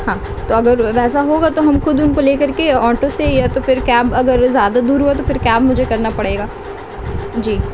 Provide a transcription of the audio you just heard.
ہاں تو اگر ویسا ہوگا تو ہم خود ان کو لے کر کے آٹو سے ہی تو پھر کیب اگر زیادہ دور ہوا تو پھر کیب مجھے کرنا پڑے گا جی